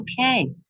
okay